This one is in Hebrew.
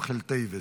מויחל טויבס.